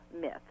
myth